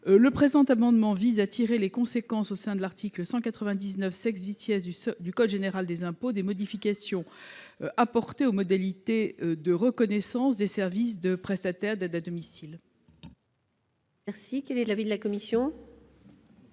Le présent amendement vise à tirer les conséquences, au sein de l'article 199 du code général des impôts, des modifications apportées aux modalités de reconnaissance des services prestataires par la loi ASV.